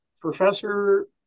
Professor